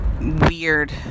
Weird